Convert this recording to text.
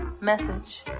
Message